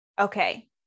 Okay